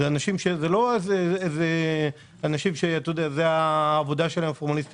אלה אנשים שהפורמליסטיקה הזאת היא לא העבודה הזאת,